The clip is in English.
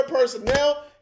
personnel